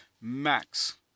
max